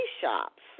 shops